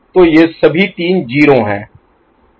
तो ये सभी तीन 0 हैं